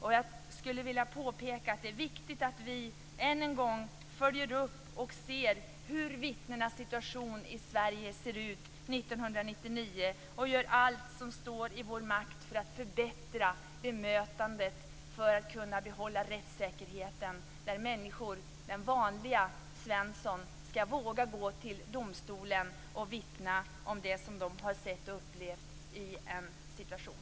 Det är viktigt att vi än en gång följer upp och ser efter hur vittnenas situation ser ut i Sverige år 1999 och gör allt som står i vår makt för att förbättra bemötandet för att kunna behålla rättssäkerheten. Vanliga människor, Svensson, skall våga gå till domstolen och vittna om det som de har sett och upplevt i en situation.